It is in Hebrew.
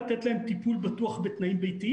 לתת להם טיפול בטוח בתנאים ביתיים.